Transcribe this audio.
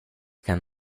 qu’un